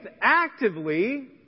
actively